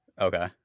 Okay